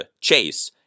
Chase